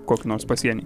kokį nors pasienį